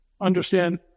understand